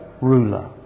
ruler